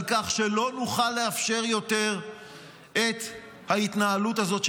כך שלא נוכל לאפשר יותר את ההתנהלות הזאת,